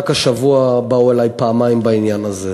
רק השבוע באו אלי פעמיים בעניין הזה.